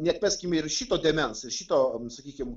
neatmeskim ir šito dėmens šito sakykim